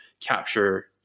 capture